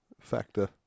factor